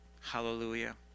Hallelujah